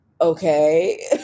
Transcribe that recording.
okay